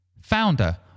founder